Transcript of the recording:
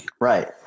Right